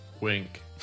Wink